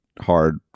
hard